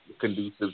conducive